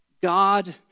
God